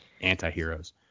anti-heroes